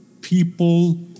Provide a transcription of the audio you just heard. people